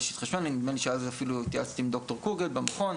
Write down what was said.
נדמה לי שאז אפיו התייעצתי עם ד"ר קוגל במכון.